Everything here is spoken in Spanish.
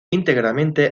íntegramente